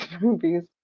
movies